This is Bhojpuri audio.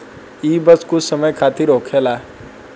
ई बस कुछ समय खातिर होखेला